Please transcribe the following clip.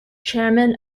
chairman